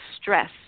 stress